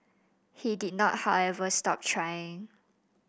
he did not however stop trying